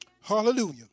Hallelujah